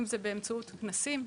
אם זה באמצעות כנסים,